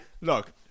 Look